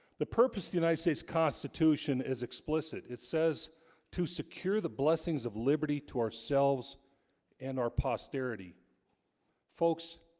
the purpose the united states constitution is explicit it says to secure the blessings of liberty to ourselves and our posterity folks